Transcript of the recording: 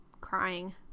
crying